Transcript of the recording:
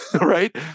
right